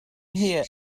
here